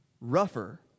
rougher